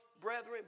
brethren